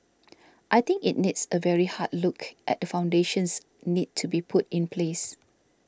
I think it needs a very hard look at the foundations need to be put in place